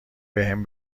بهم